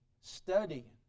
study